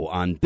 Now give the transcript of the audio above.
on